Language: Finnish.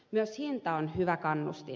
myös hinta on hyvä kannustin